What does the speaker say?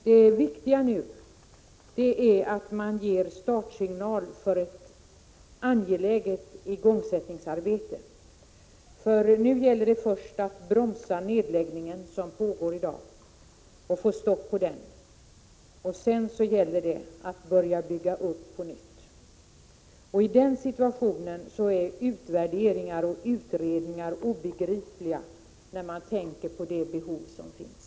Det viktiga nu är att man ger startsignal för ett angeläget igångsättningsarbete, för nu gäller det först att få stopp på den nedläggning som pågår i dag och sedan att börja bygga upp på nytt. I den situationen är utvärderingar och utredningar obegripliga när man tänker på de behov som finns.